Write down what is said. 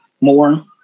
more